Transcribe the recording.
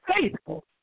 faithful